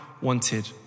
wanted